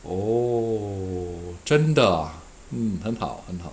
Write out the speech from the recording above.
oh 真的 ah mm 很好很好